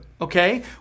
Okay